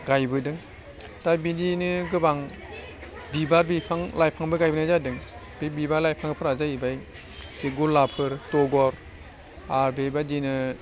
गायबोदों दा बेनिनो गोबां बिबार बिफां लाइफांबो गायनाय जादों बे बिबार लाइफांफोरा जाहैबाय बे गलापफोर दगर आरो बेबायदिनो